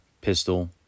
pistol